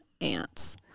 ants